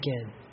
again